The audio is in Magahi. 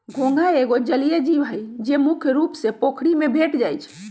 घोंघा एगो जलिये जीव हइ, जे मुख्य रुप से पोखरि में भेंट जाइ छै